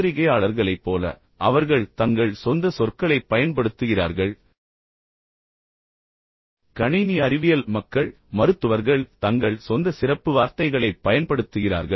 பத்திரிகையாளர்களைப் போல அவர்கள் தங்கள் சொந்த சொற்களைப் பயன்படுத்துகிறார்கள் கணினி அறிவியல் மக்கள் தங்கள் சொந்த வாசகங்களைப் பயன்படுத்துகிறார்கள் மருத்துவர்கள் தங்கள் சொந்த சிறப்பு வார்த்தைகளைப் பயன்படுத்துகிறார்கள்